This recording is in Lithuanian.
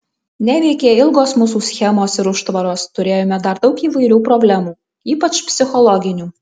neveikė ilgos mūsų schemos ir užtvaros turėjome dar daug įvairių problemų ypač psichologinių